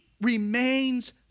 remains